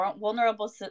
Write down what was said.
vulnerable